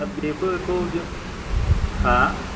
दा बेफोरखौ जों हा